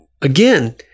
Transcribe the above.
again